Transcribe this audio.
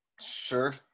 sure